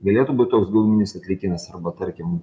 galėtų būt toks giluminis atliekynas arba tarkim